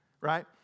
right